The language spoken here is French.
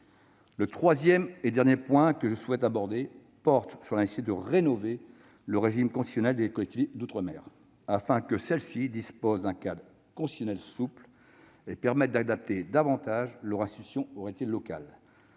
Le troisième et dernier point que je souhaite aborder porte sur la nécessité de rénover le régime constitutionnel des collectivités d'outre-mer. Afin que ces dernières disposent d'un cadre constitutionnel plus souple, qui permette d'adapter davantage leurs institutions aux réalités locales,